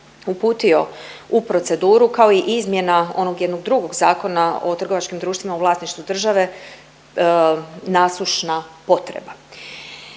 uputio u proceduru kao i izmjena onog jednog drugog Zakona o trgovačkim društvima u vlasništvu države, nasušna potreba.